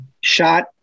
shot